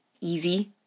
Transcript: easy